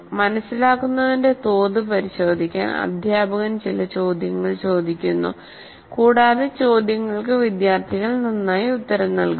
മനസിലാക്കുന്നതിന്റെ തോത് പരിശോധിക്കാൻ അധ്യാപകൻ ചില ചോദ്യങ്ങൾ ചോദിക്കുന്നു കൂടാതെ ചോദ്യങ്ങൾക്ക് വിദ്യാർത്ഥികൾ നന്നായി ഉത്തരം നൽകുന്നു